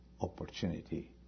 opportunity